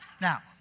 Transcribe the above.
now